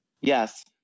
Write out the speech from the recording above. Yes